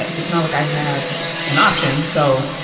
but it's not like i had an option, so,